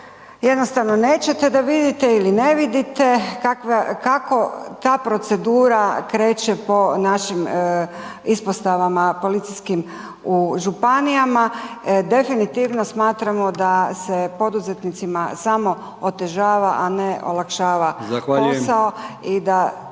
jednostavno nećete da vidite ili ne vidite kako ta procedura kreće po našim ispostavama policijskim u županijama, definitivno smatramo da se poduzetnicima samo otežava, a ne olakšava posao